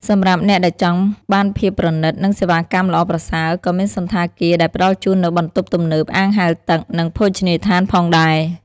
សម្រាប់អ្នកដែលចង់បានភាពប្រណីត និងសេវាកម្មល្អប្រសើរ ក៏មានសណ្ឋាគារដែលផ្តល់ជូននូវបន្ទប់ទំនើប អាងហែលទឹក និងភោជនីយដ្ឋានផងដែរ។